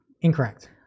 Incorrect